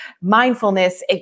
mindfulness